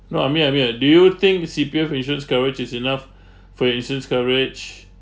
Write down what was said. no I mean I mean like do you think C_P_F insurance coverage is enough for your insurance coverage